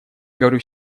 говорю